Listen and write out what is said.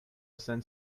send